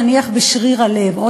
נניח בשריר הלב,